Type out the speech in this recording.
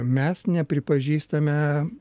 mes nepripažįstame